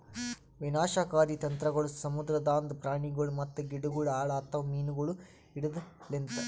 ವಿನಾಶಕಾರಿ ತಂತ್ರಗೊಳ್ ಸಮುದ್ರದಾಂದ್ ಪ್ರಾಣಿಗೊಳ್ ಮತ್ತ ಗಿಡಗೊಳ್ ಹಾಳ್ ಆತವ್ ಮೀನುಗೊಳ್ ಹಿಡೆದ್ ಲಿಂತ್